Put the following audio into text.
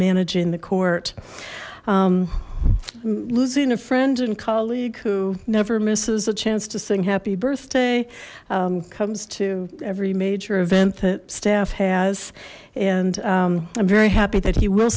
managing the court losing a friend and colleague who never misses a chance to sing happy birthday comes to every major event that staff has and i'm very happy that he will